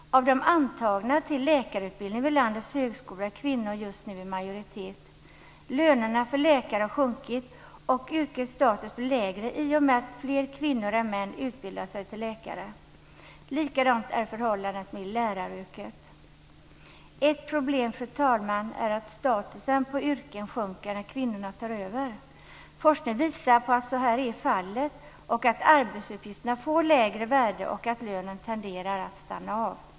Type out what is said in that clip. Av de antagna till läkarutbildning vid landets högskolor är kvinnor just nu i majoritet. Lönerna för läkare har sjunkit, och yrkets status blir lägre i och med att fler kvinnor än män utbildar sig till läkare. Likadant är förhållandet med läraryrket. Ett problem, fru talman, är att statusen på yrken sjunker när kvinnorna tar över. Forskning visar på att så är fallet. Arbetsuppgifterna får lägre värde, och löneutvecklingen tenderar att stanna av.